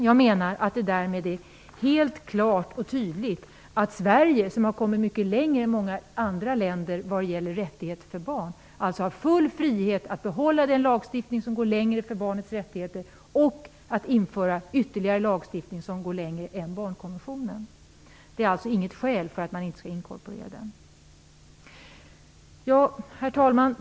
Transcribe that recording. Jag menar att det därmed är helt klart och tydligt att Sverige, som har kommit mycket längre än många andra länder vad gäller rättigheter för barn, har full frihet att behålla den lagstiftning som går längre för barnets rättigheter och att införa ytterligare lagstiftning som går längre än barnkonventionen. Det är alltså inget skäl för att man inte skall inkorporera den. Herr talman!